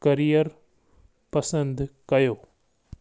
career पसंदि कयो